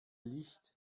licht